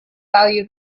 value